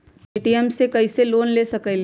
Paytm से हम कईसे लोन ले सकीले?